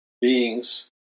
beings